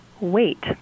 wait